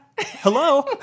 hello